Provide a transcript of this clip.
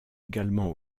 également